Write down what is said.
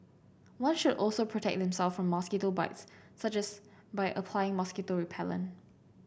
one should also protect them self from mosquito bites such as by applying mosquito repellent